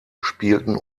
spielten